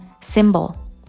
symbol